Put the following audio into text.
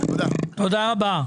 תודה רבה.